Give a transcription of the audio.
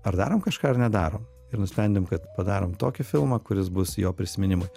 ar darom kažką ar nedarom ir nusprendėm kad padarom tokį filmą kuris bus jo prisiminimui